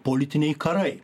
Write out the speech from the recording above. politiniai karai